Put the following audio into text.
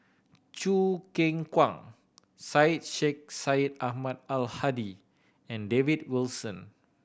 Choo Keng Kwang Syed Sheikh Syed Ahmad Al Hadi and David Wilson